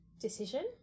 decision